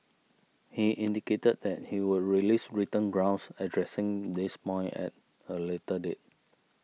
he indicated that he would release written grounds addressing this point at a later date